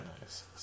nice